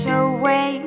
away